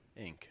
Inc